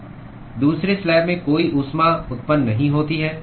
दूसरे स्लैब में कोई ऊष्मा उत्पन्न नहीं होती है